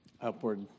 Upward